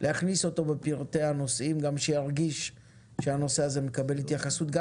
להכניס אותו בפרטי הנושאים גם שירגיש שהנושא הזה מקבל התייחסות גם